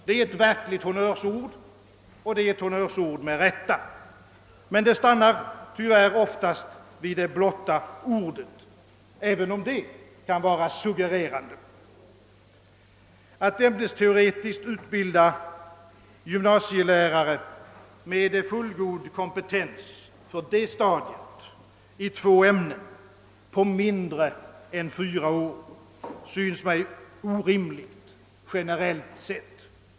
Det är ett verkligt honnörsord, och det med rätta. Dess värre stannar det oftast vid blotta ordet, även om detta kan vara suggererande. Att ämnesteoretiskt utbilda gymnasielärare med fullgod kompetens för detta stadium i två ämnen på mindre än fyra år synes mig orimligt, generellt sett.